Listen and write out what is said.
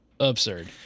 Absurd